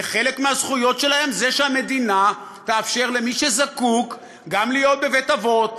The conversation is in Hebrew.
וחלק מהזכויות שלהם הן שהמדינה תאפשר למי שזקוק גם להיות בבית-אבות,